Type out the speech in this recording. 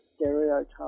stereotypes